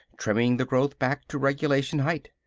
trimming the growth back to regulation height.